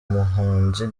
muhanzi